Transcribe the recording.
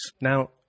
Now